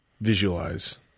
visualize